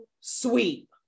sweep